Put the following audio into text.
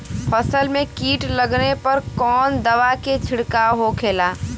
फसल में कीट लगने पर कौन दवा के छिड़काव होखेला?